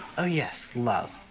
oh yes, love.